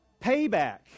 payback